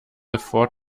afford